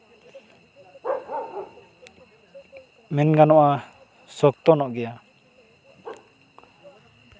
ᱢᱮᱱ ᱜᱟᱱᱚᱜᱼᱟ ᱥᱚᱠᱛᱚ ᱧᱚᱜ ᱜᱮᱭᱟ